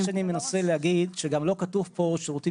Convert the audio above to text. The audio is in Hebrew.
אני מנסה להגיד שגם לא כתוב פה שירותים